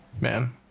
man